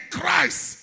Christ